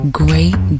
great